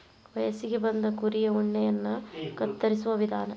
ವಯಸ್ಸಿಗೆ ಬಂದ ಕುರಿಯ ಉಣ್ಣೆಯನ್ನ ಕತ್ತರಿಸುವ ವಿಧಾನ